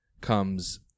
comes